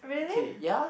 okay ya